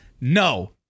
no